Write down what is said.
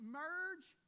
merge